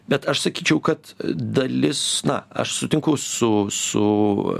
bet aš sakyčiau kad dalis na aš sutinku su su